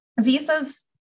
Visas